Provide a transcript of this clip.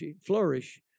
flourish